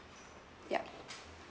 yup